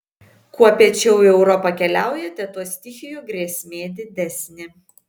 kuo piečiau į europą keliaujate tuo stichijų grėsmė didesnė